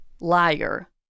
liar